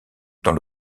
dans